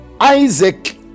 Isaac